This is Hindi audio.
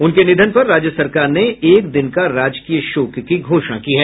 उनके निधन पर राज्य सरकार ने एक दिन का राजकीय शोक की घोषणा की है